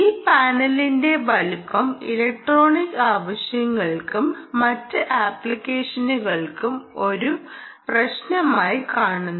ഈ പാനലിന്റെ വലുപ്പം ഇലക്ട്രോണിക് ആവശ്യങ്ങൾക്കും മറ്റ് ആപ്ലിക്കേഷനുകൾക്കും ഒരു പ്രശ്നമായി കാണുന്നു